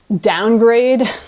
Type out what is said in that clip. downgrade